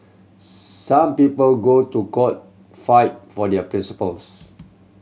some people go to court fight for their principles